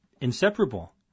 Inseparable